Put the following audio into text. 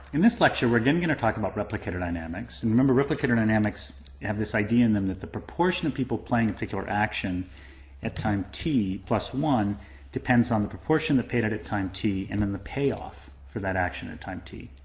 in this lecture we're again going to talk about replicator dynamics. and remember replicator dynamics have this idea in them that the proportion of people playing a particular action at time t plus one depends on the proportion paid at a time t and then the payoff for that action at time t.